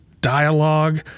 dialogue